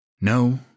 No